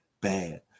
bad